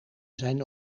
zijn